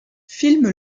filme